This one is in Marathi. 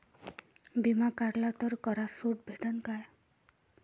बिमा काढला तर करात सूट भेटन काय?